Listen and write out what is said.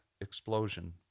explosion